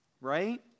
right